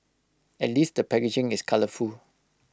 at least the packaging is colourful